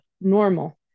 normal